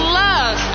love